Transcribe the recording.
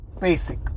basic